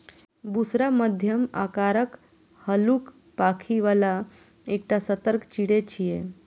बुशरा मध्यम आकारक, हल्लुक पांखि बला एकटा सतर्क चिड़ै छियै